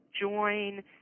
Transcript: join